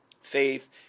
faith